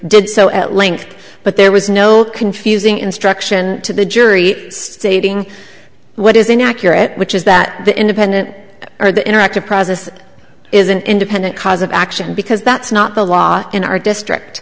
did so at length but there was no confusing instruction to the jury stating what is inaccurate which is that the independent or the interactive process is an independent cause of action because that's not the law in our district